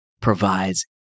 provides